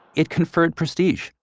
it conferred prestige.